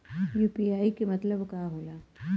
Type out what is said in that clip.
UPI के मतलब का होला?